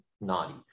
naughty